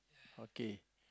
okay